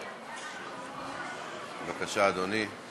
בבקשה, אדוני.